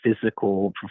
physical